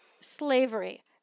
slavery